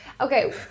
okay